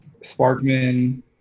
Sparkman